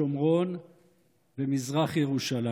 שומרון ומזרח ירושלים.